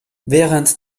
während